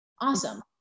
Awesome